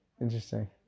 interesting